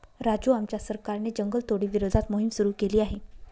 राजू आमच्या सरकारने जंगलतोडी विरोधात मोहिम सुरू केली आहे